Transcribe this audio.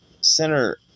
Center